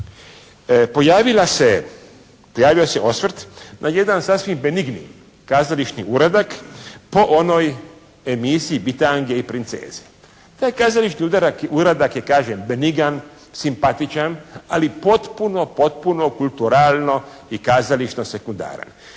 pojavio se osvrt na jedan sasvim benigni kazališni uradak po onoj emisiji "Bitange i princeze". Taj kazališni uradak je kažem benigan, simpatičan, ali potpuno potpuno kulturalno i kazališno sekundaran.